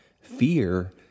Fear